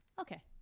Okay